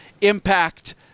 impact